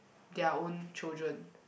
their own children